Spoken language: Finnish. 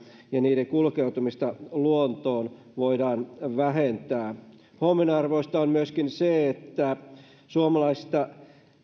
ja niiden kulkeutumista luontoon voidaan vähentää huomionarvoista on myöskin se että suomalaisista